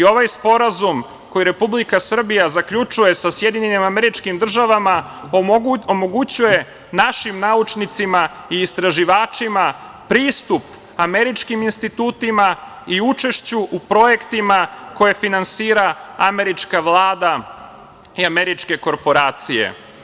Ovaj sporazum koji Republika Srbija zaključuje sa SAD omogućuje našim naučnicima i i istraživačima pristup američkim institutima i učešću u projektima koje finansira američka vlada i američke korporacije.